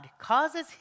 causes